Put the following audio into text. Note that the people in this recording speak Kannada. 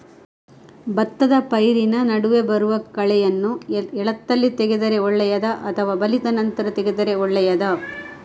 ಭತ್ತದ ಪೈರಿನ ನಡುವೆ ಬರುವ ಕಳೆಯನ್ನು ಎಳತ್ತಲ್ಲಿ ತೆಗೆದರೆ ಒಳ್ಳೆಯದಾ ಅಥವಾ ಬಲಿತ ನಂತರ ತೆಗೆದರೆ ಒಳ್ಳೆಯದಾ?